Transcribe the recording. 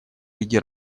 виде